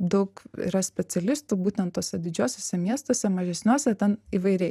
daug yra specialistų būtent tuose didžiuosiuose miestuose mažesniuose ten įvairiai